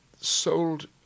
sold